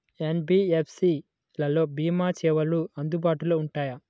NBFC లలో భీమా సేవలు అందుబాటులో ఉంటాయా?